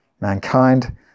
mankind